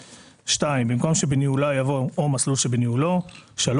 (2) במקום "שבניהולה" יבוא "או מסלול שבניהולו"; (3)